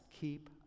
keep